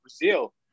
Brazil